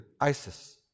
ISIS